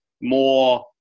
more